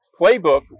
playbook